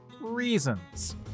reasons